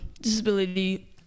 disability